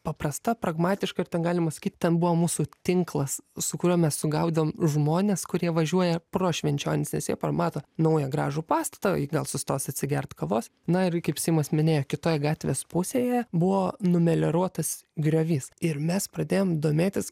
paprasta pragmatiška ir ten galima sakyt ten buvo mūsų tinklas su kuriuo mes sugaudavom žmones kurie važiuoja pro švenčionis nes jie pamato naują gražų pastatą gal sustos atsigert kavos na ir kaip simas minėjo kitoj gatvės pusėje buvo numelioruotas griovys ir mes pradėjom domėtis